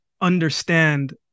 understand